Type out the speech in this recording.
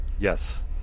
Yes